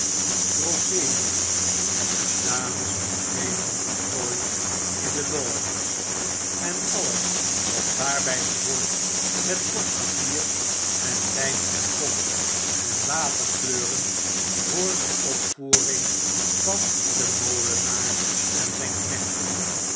proscenium en dames met vederen getooid in de loges i en alles wat daarby behoort met bordpapier en lym en gom en waterkleuren voor de opvoering van den molenaar en zp knechten